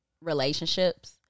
relationships